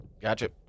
Gotcha